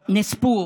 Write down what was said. נספו,